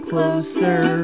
closer